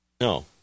No